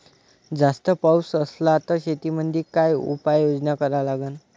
जास्त पाऊस असला त शेतीमंदी काय उपाययोजना करा लागन?